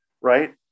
right